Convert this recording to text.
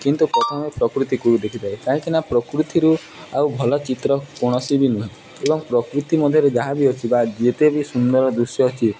କିନ୍ତୁ ପ୍ରଥମେ ପ୍ରକୃତିକୁ ଦେଖିଥାଏ କାହିଁକିନା ପ୍ରକୃତିରୁ ଆଉ ଭଲ ଚିତ୍ର କୌଣସି ବି ନୁହେଁ ଏବଂ ପ୍ରକୃତି ମଧ୍ୟରେ ଯାହା ବି ଅଛି ବା ଯେତେ ବି ସୁନ୍ଦର ଦୃଶ୍ୟ ଅଛି